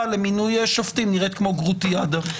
למינוי שופטים נראית כמו גרוטיאדה.